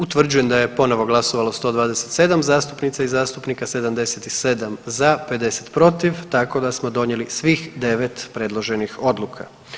Utvrđujem da je ponovo glasovalo 127 zastupnica i zastupnika, 77 za, 50 protiv, tako da smo donijeli svih 9 predloženih odluka.